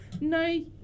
No